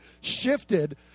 shifted